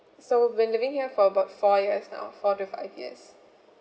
so we've been living here for about four years now four to five years